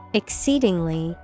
exceedingly